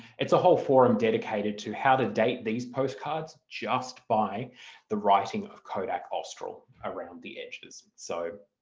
it's a whole forum dedicated to how to date these postcards just by the writing of kodak austral around the edges so